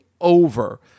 over